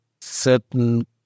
certain